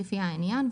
לפי העניין,